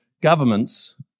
Governments